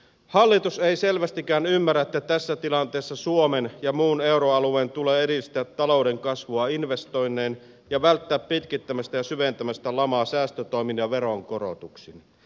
hallitus ei selvästikään ymmärrä että tässä tilanteessa suomen ja muun euroalueen tulee edistää talouden kasvua investoinnein ja välttää pitkittämästä ja syventämästä lamaa säästötoimin ja veronkorotuksin